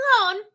alone